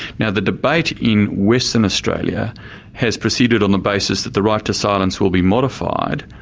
now the debate in western australia has proceeded on the basis that the right to silence will be modified,